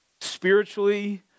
spiritually